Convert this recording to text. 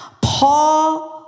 Paul